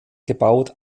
gebaut